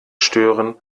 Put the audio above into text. stören